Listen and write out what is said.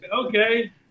Okay